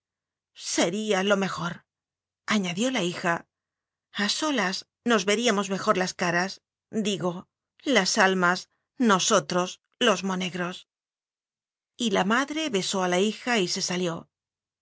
sería lo mejorañadió la hija a so las nos veríamos mejor las caras digo las al mas nosotros los monegros la madre besó a la hija y se salió